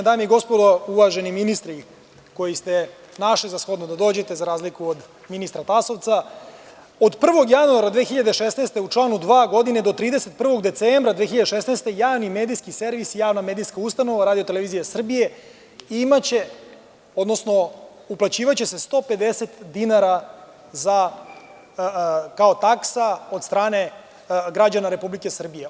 Dame i gospodo, uvaženi ministri koji ste našli za shodno da dođete, za razliku od ministra Tasovca, u članu 2, od 1. januara do 31. decembra 2016. godine javni medijski servis i javna medijska ustanova RTS imaće, odnosno uplaćivaće se 150 dinara kao taksa od strane građana Republike Srbije.